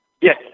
Yes